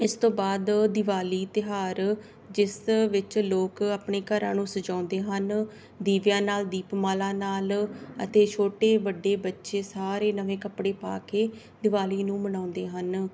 ਇਸ ਤੋਂ ਬਾਅਦ ਦਿਵਾਲੀ ਤਿਉਹਾਰ ਜਿਸ ਵਿੱਚ ਲੋਕ ਆਪਣੇ ਘਰਾਂ ਨੂੰ ਸਜਾਉਂਦੇ ਹਨ ਦੀਵਿਆਂ ਨਾਲ ਦੀਪਮਾਲਾ ਨਾਲ ਅਤੇ ਛੋਟੇ ਵੱਡੇ ਬੱਚੇ ਸਾਰੇ ਨਵੇਂ ਕੱਪੜੇ ਪਾ ਕੇ ਦਿਵਾਲੀ ਨੂੰ ਮਨਾਉਂਦੇ ਹਨ